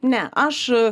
ne aš